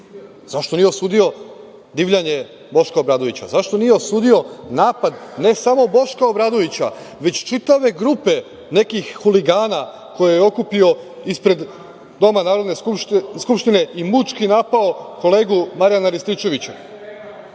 Zašto nije osudio divljanje Boška Obradovića? Zašto nije osudio napad, ne samo Boška Obradovića, već čitave grupe nekih huligana koje je okupio ispred doma Narodne skupštine i mučki napao kolegu Marijana Rističevića? Zašto